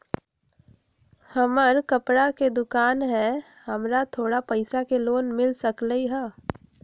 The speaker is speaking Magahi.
हमर कपड़ा के दुकान है हमरा थोड़ा पैसा के लोन मिल सकलई ह?